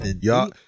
Y'all